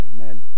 Amen